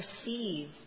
perceive